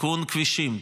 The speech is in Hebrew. תיקון כבישים,